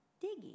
digging